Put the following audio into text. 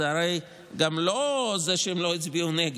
זה הרי גם לא זה שהם לא הצביעו נגד.